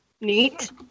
Neat